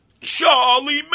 Charlie